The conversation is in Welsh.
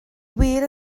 wir